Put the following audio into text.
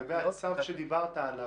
לגבי הצו שדיברת עליו.